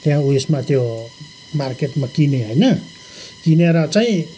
त्यहाँ ऊ यसमा त्यो मार्केटमा किने होइन किनेर चाहिँ